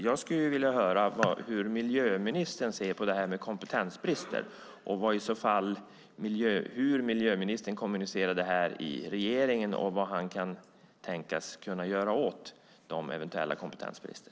Jag skulle vilja höra hur miljöministern ser på frågan om kompetensbrist, hur miljöministern kommunicerar detta i regeringen och vad han kan tänkas göra åt den eventuella kompetensbristen.